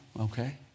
Okay